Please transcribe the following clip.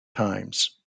times